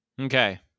Okay